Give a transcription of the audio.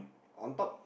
on top